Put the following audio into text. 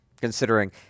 Considering